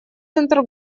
центр